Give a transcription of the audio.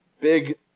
Big